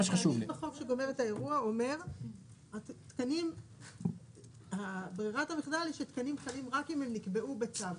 תהליך בחוק שגומר את האירוע אומר שתקנים חלים רק אם הם נקבעו בצו.